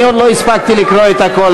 אני עוד לא הספקתי לקרוא את הכול.